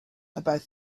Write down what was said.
about